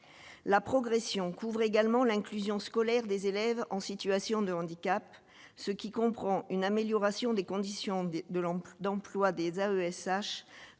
la progression couvre également l'inclusion scolaire des élèves en situation de handicap, ce qui comprend une amélioration des conditions de d'emploi des AESH